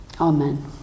Amen